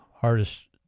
hardest